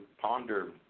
Ponder